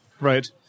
Right